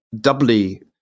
doubly